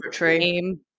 name